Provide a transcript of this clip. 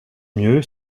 mieux